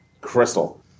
crystal